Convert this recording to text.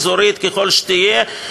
אזורית ככל שתהיה,